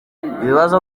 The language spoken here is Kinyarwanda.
ibibazo